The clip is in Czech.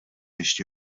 ještě